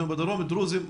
בדרום והאוכלוסייה הדרוזית.